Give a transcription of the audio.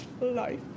life